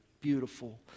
beautiful